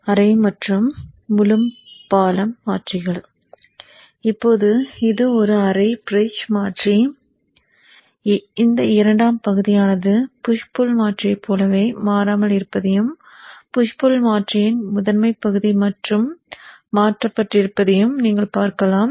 அரை மற்றும் முழு பாலம் மாற்றிகள் இப்போது இது ஒரு அரை பிரிட்ஜ் மாற்றி இப்போது இரண்டாம் பகுதியானது புஷ் புள் மாற்றியை போலவே மாறாமல் இருப்பதையும் புஷ் புள் மாற்றியின் முதன்மைப் பகுதி மட்டும் மாற்றப்பட்டிருப்பதையும் நீங்கள் பார்க்கலாம்